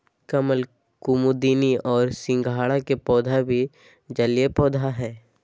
कमल, कुमुदिनी और सिंघाड़ा के पौधा भी जलीय पौधा हइ